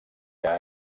que